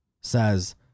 says